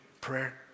prayer